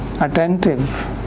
attentive